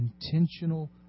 intentional